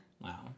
Wow